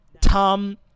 Tom